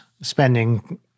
spending